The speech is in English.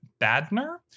Badner